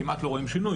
כמעט לא רואים שינוי,